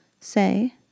say